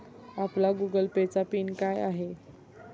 आपला Google pay चा pin काय आहे?